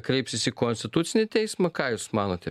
kreipsis į konstitucinį teismą ką jūs manote